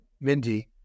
Mindy